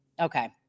Okay